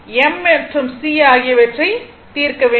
m மற்றும் c ஆகியவற்றை தீர்க்க வேண்டும்